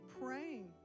praying